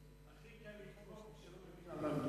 הכי קל לתמוך כשלא מבינים על מה מדובר.